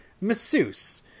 masseuse